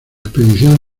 expedición